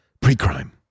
Pre-crime